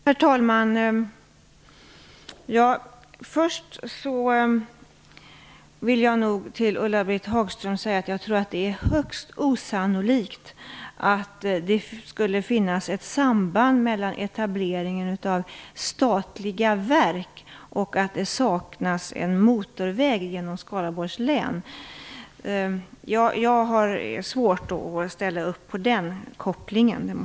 Herr talman! Till Ulla-Britt Hagström vill jag först säga att jag tror att det är högst osannolikt att det skulle finnas ett samband mellan etableringen av statliga verk och avsaknaden av en motorväg genom Skaraborgs län. Jag måste säga att jag har svårt att ställa upp på den kopplingen.